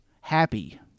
happy